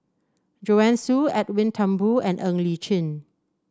Joanne Soo Edwin Thumboo and Ng Li Chin